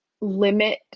limit